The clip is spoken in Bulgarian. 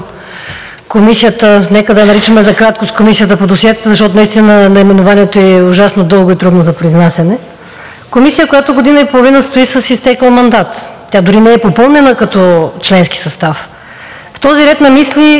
Комисията – нека да я наричаме за краткост – по досиетата, защото наименованието ѝ е ужасно дълго и трудно за произнасяне. Комисия, която година и половина стои с изтекъл мандат, тя дори не е попълнена като членски състав. В този ред на мисли